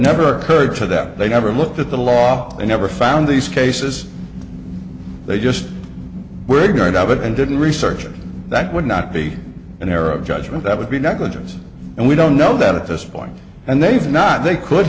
never occurred to them they never looked at the law they never found these cases they just were ignorant of it and didn't research and that would not be an error of judgment that would be negligence and we don't know that at this point and they've not they could